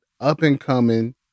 up-and-coming